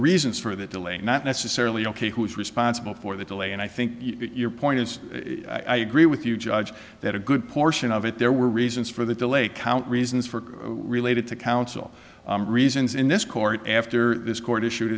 reasons for the delay not necessarily ok who is responsible for the delay and i think your point is i agree with you judge that a good portion of it there were reasons for the delay count reasons for related to counsel reasons in this court after this court issued